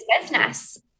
business